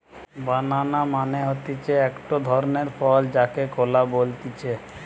বানানা মানে হতিছে একটো ধরণের ফল যাকে কলা বলতিছে